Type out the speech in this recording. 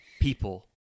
people